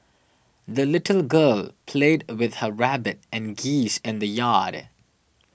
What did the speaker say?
the little girl played with her rabbit and geese in the yard